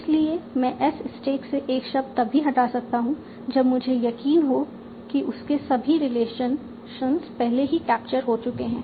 इसलिए मैं S stack से एक शब्द तभी हटा सकता हूं जब मुझे यकीन हो कि उसके सभी रिलेशंस पहले ही कैप्चर हो चुके हैं